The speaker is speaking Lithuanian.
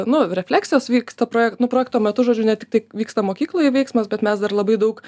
nu refleksijos vyksta proje nu projekto metu žodžiu ne tik tai vyksta mokykloje veiksmas bet mes dar labai daug